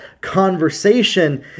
conversation